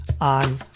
on